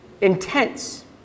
intense